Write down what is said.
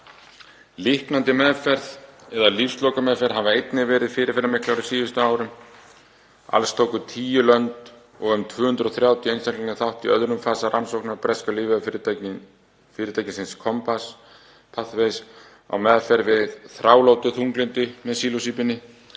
líknandi meðferð eða lífslokameðferð hafa einnig verið fyrirferðarmiklar á síðustu árum. Alls tóku 10 lönd og um 230 einstaklingar þátt í öðrum fasa rannsóknar breska lyfjafyrirtækisins COMPASS Pathways á meðferð við þrálátu þunglyndi með sílósíbíni,